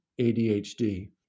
ADHD